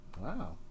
wow